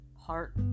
heart